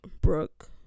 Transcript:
Brooke